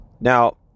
Now